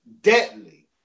deadly